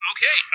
Okay